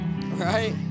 Right